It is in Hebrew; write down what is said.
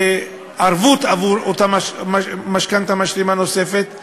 ערבות עבור אותה משכנתה משלימה נוספת,